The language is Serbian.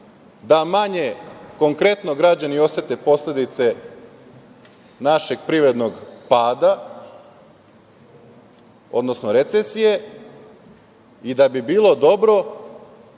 da manje konkretno građani osete posledice našeg privrednog pada, odnosno recesije, i da bi bilo dobro